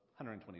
$120